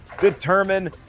determine